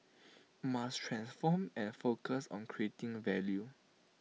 must transform and focus on creating value